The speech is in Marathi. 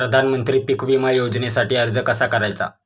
प्रधानमंत्री पीक विमा योजनेसाठी अर्ज कसा करायचा?